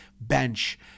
Bench